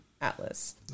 Atlas